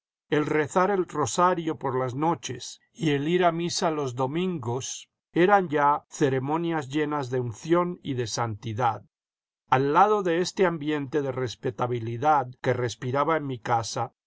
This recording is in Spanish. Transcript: el rezar el rosario por las noches y el ir a misa los domingos eran ya ceremonias llenas de unción y de santidad al lado de este ambiente de respetabilidad que respiraba en mi casa